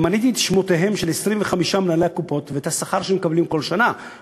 ומניתי את שמותיהם של 25 מנהלי הקופות ואת השכר שהם מקבלים כל שנה,